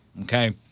Okay